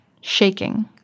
Shaking